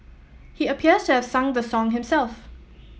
he appears to have sung the song himself